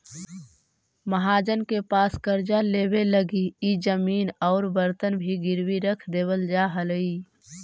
महाजन के पास कर्जा लेवे लगी इ जमीन औउर बर्तन भी गिरवी रख देवल जा हलई